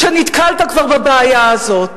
כשכבר נתקלת בבעיה הזאת,